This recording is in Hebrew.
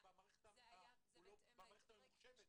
אז נחזור לעמדת עמיתך מרשות שוק ההון,